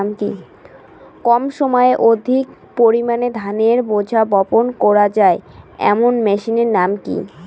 কম সময়ে অধিক পরিমাণে ধানের রোয়া বপন করা য়ায় এমন মেশিনের নাম কি?